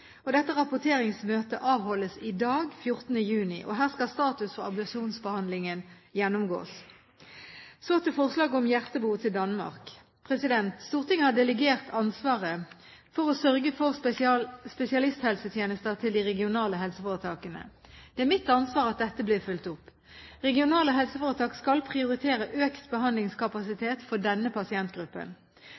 Dette rapporteringsmøtet avholdes i dag, 14. juni. Her skal status for ablasjonsbehandlingen gjennomgås. Så til forslaget om hjertebro til Danmark. Stortinget har delegert ansvaret for å sørge for spesialisthelsetjenester til de regionale helseforetakene. Det er mitt ansvar at dette blir fulgt opp. Regionale helseforetak skal prioritere økt behandlingskapasitet for denne pasientgruppen.